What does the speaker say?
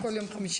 בכל יום חמישי.